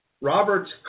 Roberts